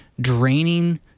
draining